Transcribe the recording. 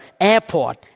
Airport